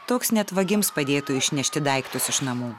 toks net vagims padėtų išnešti daiktus iš namų